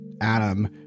Adam